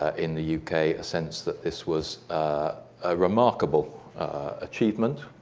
ah in the yeah uk, a a sense that this was a remarkable achievement,